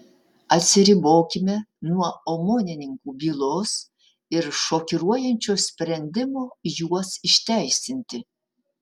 atsiribokime nuo omonininkų bylos ir šokiruojančio sprendimo juos išteisinti